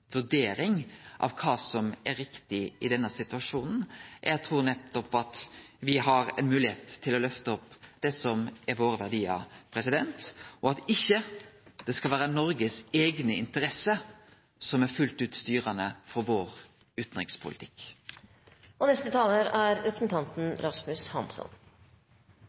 vurdering av kva som er riktig i denne situasjonen. Eg trur nettopp at me har ei moglegheit til å løfte opp det som er våre verdiar, og at det ikkje skal vere Noregs eigne interesser som fullt ut er styrande for vår utanrikspolitikk. En av de tristeste definisjonene på en politiker er